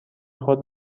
خود